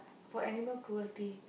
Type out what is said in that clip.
for animal cruelty